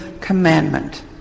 commandment